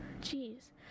Jeez